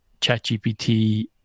ChatGPT